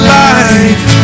life